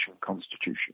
constitution